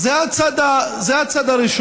זה הצד הראשון.